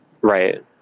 Right